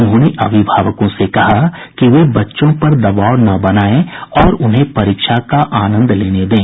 उन्होंने अभिभावकों से कहा कि वे बच्चों पर दबाव न बनाएं और उन्हें परीक्षा का आनन्द लेने दें